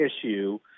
issue